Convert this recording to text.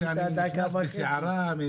זה טוב שהסלים הם בריבית קבועה לא צמודה,